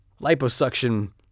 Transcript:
liposuction